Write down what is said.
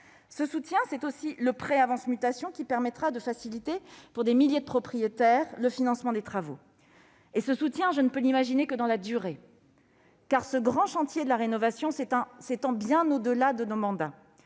Ce soutien, c'est aussi le prêt « avance mutation », qui permettra de faciliter, pour des milliers de propriétaires, le financement des travaux. Ce soutien, enfin, je ne puis l'imaginer que dans la durée, car ce grand chantier de la rénovation s'étend bien au-delà de nos mandats.